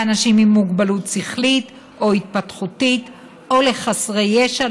לאנשים עם מוגבלות שכלית או התפתחותית או לחסרי ישע,